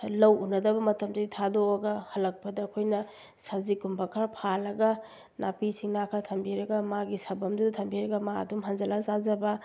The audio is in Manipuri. ꯂꯧ ꯎꯅꯗꯕ ꯃꯇꯝꯗꯗꯤ ꯊꯥꯗꯣꯛꯑꯒ ꯍꯜꯂꯛꯄꯗ ꯑꯩꯈꯣꯏꯅ ꯁꯥꯖꯤꯛ ꯀꯨꯝꯕ ꯈꯔ ꯐꯥꯜꯂꯒ ꯅꯥꯄꯤ ꯁꯤꯡꯅꯥ ꯈꯔ ꯊꯝꯕꯤꯔꯒ ꯃꯥꯒꯤ ꯁꯥꯕꯝꯗꯨꯗ ꯊꯝꯕꯤꯔꯒ ꯃꯥ ꯑꯗꯨꯝ ꯍꯟꯖꯤꯜꯂꯒ ꯆꯥꯖꯕ